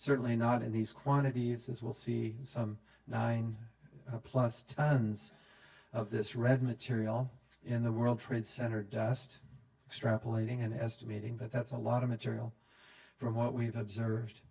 certainly not in these quantities as we'll see some nine plus tons of this red material in the world trade center just extrapolating and estimating but that's a lot of material from what we've observed